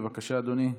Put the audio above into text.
בבקשה, אדוני.